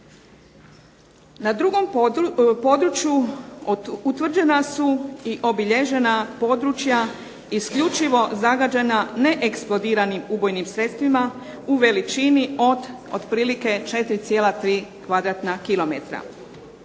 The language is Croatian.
Na drugom području utvrđena su i obilježena područja isključivo zagađena neeksplodiranim ubojnim sredstvima u veličini od otprilike 4,3